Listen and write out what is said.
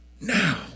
Now